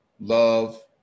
love